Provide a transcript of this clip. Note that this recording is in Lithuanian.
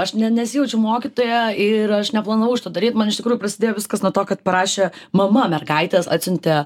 aš ne nesijaučiu mokytoja ir aš neplanavau šito daryt man iš tikrųjų prasidėjo viskas nuo to kad parašė mama mergaitės atsiuntė